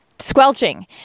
Squelching